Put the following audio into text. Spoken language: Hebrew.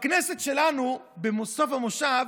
בכנסת שלנו, בסוף המושב,